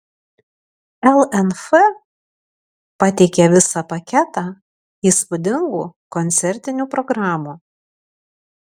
lnf pateikė visą paketą įspūdingų koncertinių programų